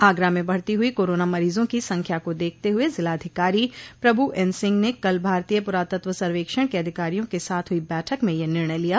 आगरा में बढ़ती हुई कोरोना मरीजों की संख्या को देखते हुए जिलाधिकारी प्रभु एन सिंह ने कल भारतीय पुरातत्व सर्वेक्षण के अधिकारियों के साथ हुई बैठक में यह निर्णय लिया